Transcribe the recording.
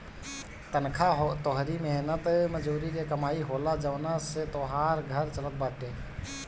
तनखा तोहरी मेहनत मजूरी के कमाई होला जवना से तोहार घर चलत बाटे